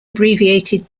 abbreviated